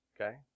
Okay